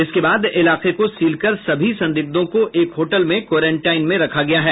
इसके बाद इलाकों को सील कर सभी संदिग्धों को एक होटल में क्वारंनटाईन में रखा गया है